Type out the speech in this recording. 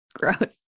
gross